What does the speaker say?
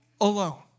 alone